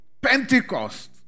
Pentecost